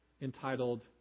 entitled